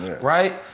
right